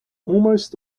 almost